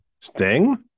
Sting